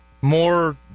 more